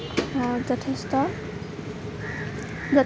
যথেষ্ট